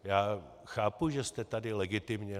Já chápu, že jste tady legitimně.